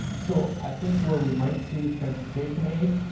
so i think where we might see transportation aid,